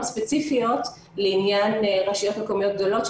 ספציפיות לעניין רשויות מקומיות גדולות,